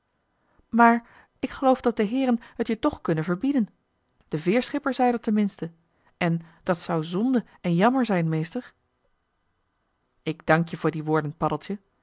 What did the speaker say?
maar ik geloof dat de heeren t je toch kunnen verbieden de veerschipper zei dat ten minste en dat zou zonde en jammer zijn meester ik dank je voor die woorden paddeltje